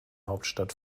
hauptstadt